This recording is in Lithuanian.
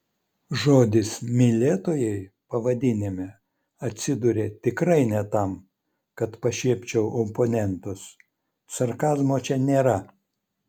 žodis mylėtojai pavadinime atsidūrė tikrai ne tam kad pašiepčiau oponentus sarkazmo čia nėra